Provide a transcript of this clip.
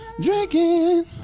drinking